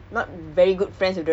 oh ya